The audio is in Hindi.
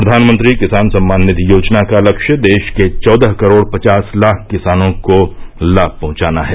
प्रधानमंत्री किसान सम्मान निधि योजना का लक्ष्य देश के चौदह करोड़ पचास लाख किसानों को लाभ पहुंचाना है